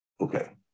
Okay